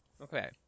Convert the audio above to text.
Okay